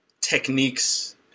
techniques